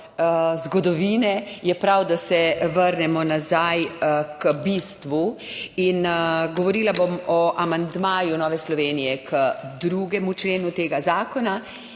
zgodovine, je prav, da se vrnemo nazaj k bistvu. Govorila bom o amandmaju Nove Slovenije k 2. členu tega zakona